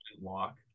walk